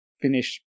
finish